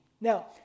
Now